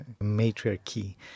matriarchy